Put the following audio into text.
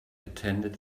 attended